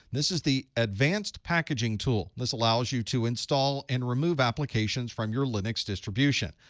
this is the advanced packaging tool. this allows you to install and remove applications from your linux distribution.